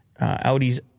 Audi's